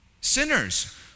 Sinners